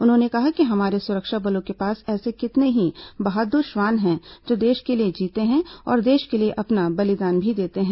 उन्होंने कहा कि हमारे सुरक्षा बलों के पास ऐसे कितने ही बहादुर श्वान हैं जो देश के लिए जीते हैं और देश के लिए अपना बलिदान भी देते हैं